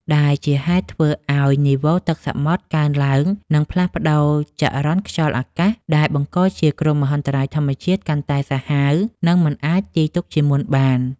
ដែលជាហេតុធ្វើឱ្យនីវ៉ូទឹកសមុទ្រកើនឡើង និងផ្លាស់ប្តូរចរន្តខ្យល់អាកាស ដែលបង្កជាគ្រោះមហន្តរាយធម្មជាតិកាន់តែសាហាវ និងមិនអាចទាយទុកជាមុនបាន។